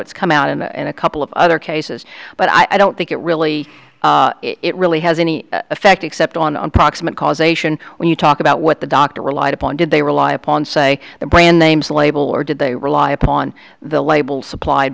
it's come out and in a couple of other cases but i don't think it really it really has any effect except on one proximate cause ation when you talk about what the doctor relied upon did they rely upon say the brand names label or did they rely upon the label supplied